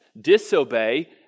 Disobey